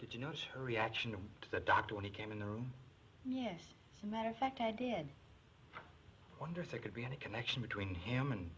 did you notice her reaction to the doctor when he came in the room matter of fact i did wonder say could be any connection between him and